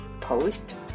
post